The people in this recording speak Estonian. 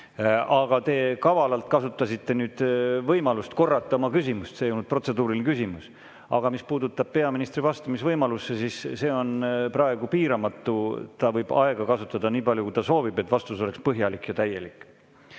Aga te kavalalt kasutasite võimalust korrata oma küsimust. See ei olnud protseduuriline küsimus. Aga mis puudutab peaministri vastamisvõimalust, siis see on praegu piiramatu. Ta võib aega kasutada nii palju, kui ta soovib, et vastus oleks põhjalik ja täielik. Aga